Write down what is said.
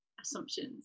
assumptions